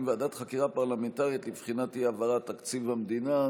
ועדת חקירה פרלמנטרית לבחינת אי-העברת תקציב המדינה,